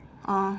orh